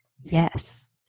Yes